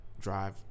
drive